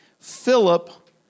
Philip